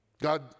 God